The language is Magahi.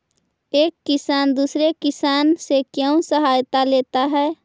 एक किसान दूसरे किसान से क्यों सहायता लेता है?